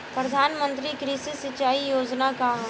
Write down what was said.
प्रधानमंत्री कृषि सिंचाई योजना का ह?